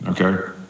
Okay